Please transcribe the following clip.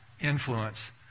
influence